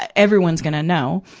everyone's gonna know.